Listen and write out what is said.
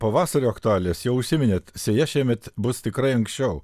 pavasario aktualijas jau užsiminėt sėja šiemet bus tikrai anksčiau